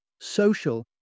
social